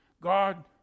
God